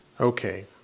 Okay